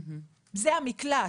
זה המקלט,